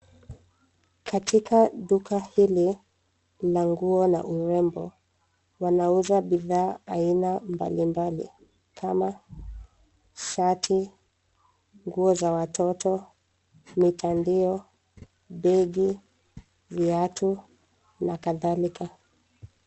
Katika duka hili la nguo na urembo, wanauza bidhaa aina mbalimbali kama shati, nguo za watoto, mitandio, begi, viatu na kadhalika.